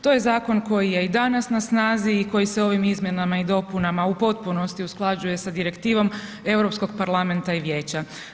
To je zakon koji je i danas na snazi i koji se ovim izmjenama i dopunama u potpunosti usklađuje sa Direktivom Europskog parlamenta i vijeća.